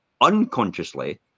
unconsciously